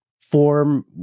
form